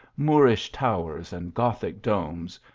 moorish towers and gothic domes,